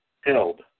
held